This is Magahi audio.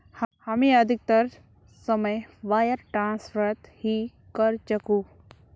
हामी अधिकतर समय वायर ट्रांसफरत ही करचकु